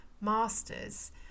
masters